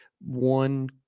one